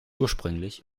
ursprünglich